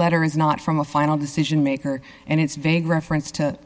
letter is not from a final decision maker and its vague reference to